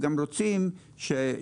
אני רוצה להודות לכם,